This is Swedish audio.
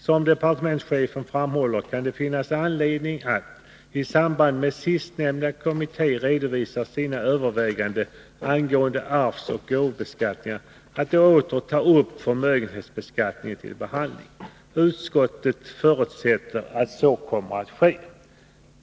Som departementschefen framhåller kan det finnas anledning att, i samband med att sistnämnda kommitté redovisar sina överväganden angående arvsoch gåvobeskattningen, åter ta upp förmögenhetsbeskattningen till behandling. Utskottet förutsätter att så kommer att ske.